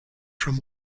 from